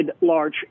large